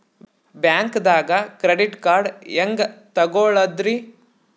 ಬ್ಯಾಂಕ್ದಾಗ credit card ಹೆಂಗ್ ತಗೊಳದ್ರಿ?